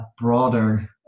broader